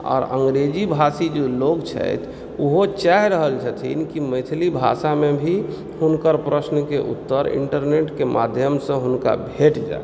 आओर अंग्रेजीभाषी जे लोक छथि ओहो चाहि रहल छथिन कि मैथिली भाषा मे भी हुनकर प्रश्न के उत्तर इन्टरनेट के माध्यम सॅं हुनका भेट जाय